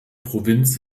provinz